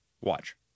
Watch